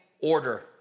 order